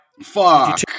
Fuck